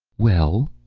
well,